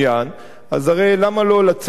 אז הרי למה לו לצאת ולומר,